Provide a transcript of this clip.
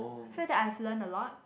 feel that I've learnt a lot